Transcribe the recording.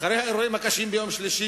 אחרי האירועים הקשים ביום שלישי,